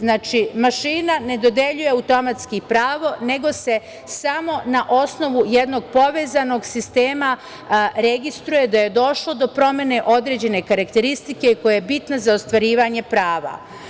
Znači, mašina ne dodeljuje automatski pravo, nego se samo na osnovu jednog povezanog sistema registruje da je došlo do promene određene karakteristike koja je bitna za ostvarivanje prava.